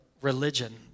religion